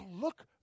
look